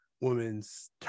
Women's